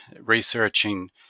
researching